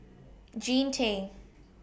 Jean Tay